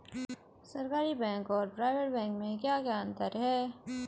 सरकारी बैंक और private bank में क्या क्या अंतर हैं?